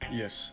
yes